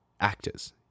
actors